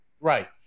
Right